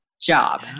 job